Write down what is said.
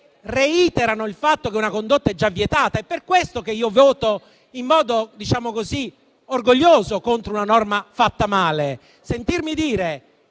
reiterano il fatto che una condotta è già vietata. È per questo che io voto in modo, diciamo così, orgoglioso contro una norma fatta male. Sentirmi dire,